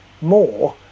more